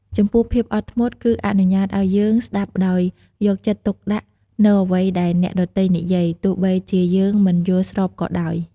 ចំពោះភាពអត់ធ្មត់គឺអនុញ្ញាតឲ្យយើងស្តាប់ដោយយកចិត្តទុកដាក់នូវអ្វីដែលអ្នកដទៃនិយាយ ទោះបីជាយើងមិនយល់ស្របក៏ដោយ។